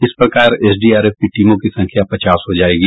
इस प्रकार एसडीआरएफ की टीमों की संख्या पचास हो जायेगी